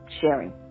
sharing